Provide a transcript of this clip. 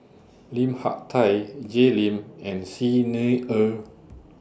Lim Hak Tai Jay Lim and Xi Ni Er